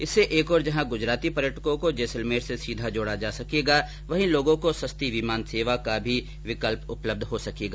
इससे एक ओर जहां गुजराती पर्यटकों को जैसलमेर से सीधा जोडा जा सकेगा वहीं लोगों को सस्ती विमान सेवा का भी विकल्प उपलब्ध हो सकेगा